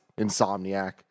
Insomniac